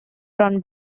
from